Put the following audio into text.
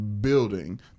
building